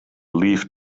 leafed